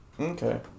Okay